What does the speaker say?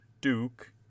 Duke